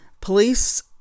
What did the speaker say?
Police